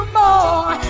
more